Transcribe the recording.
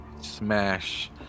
smash